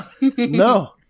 No